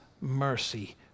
mercy